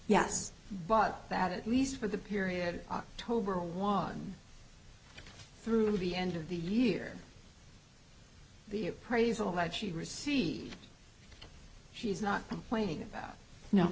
yes but that at least for the period october was through the end of the year the appraisal that she received she's not complaining about